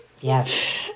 Yes